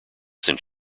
since